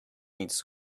its